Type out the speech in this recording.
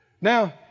now